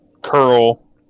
curl